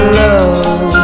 love